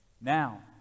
Now